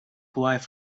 wife